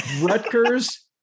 Rutgers